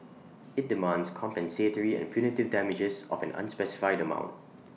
IT demands compensatory and punitive damages of an unspecified amount